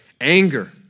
Anger